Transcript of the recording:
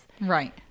Right